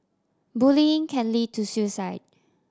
bullying can lead to suicide